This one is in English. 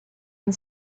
and